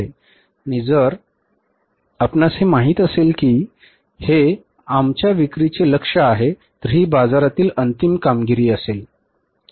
आणि जर आपणास हे माहित असेल की हे आमच्या विक्रीचे लक्ष्य आहे तर ही बाजारातील अंतिम कामगिरी असेल